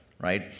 right